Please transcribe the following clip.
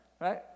right